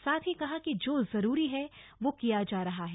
साथ ही कहा कि जो जरूरी है वो किया जा रहा है